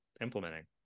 implementing